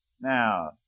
Now